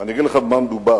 ואני אגיד לך במה מדובר: